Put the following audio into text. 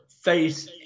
face